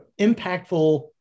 impactful